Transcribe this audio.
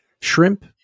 shrimp